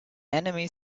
enemy